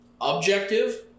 objective